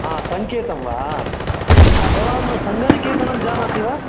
आ सङ्केतं वा भवान् मम सङ्गनिकेतनं जानाति वा